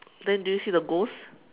then do you see the ghost